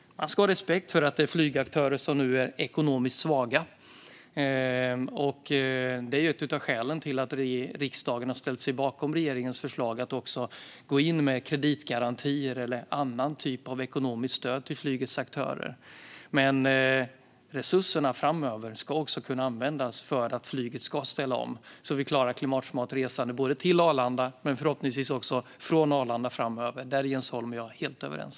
Man ska ha respekt för att det finns flygaktörer som nu är ekonomiskt svaga. Detta är ett av skälen till att riksdagen har ställt sig bakom regeringens förslag att gå in med kreditgarantier eller annan typ av ekonomiskt stöd till flygets aktörer. Men resurserna ska framöver också kunna användas för att flyget ska ställa om så att vi klarar ett klimatsmart resande både till och från Arlanda - där är Jens Holm och jag helt överens.